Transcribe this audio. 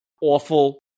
awful